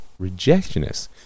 rejectionists